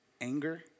Anger